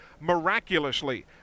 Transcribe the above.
Miraculously